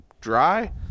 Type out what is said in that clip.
dry